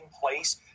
place